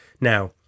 Now